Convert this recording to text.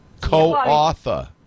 co-author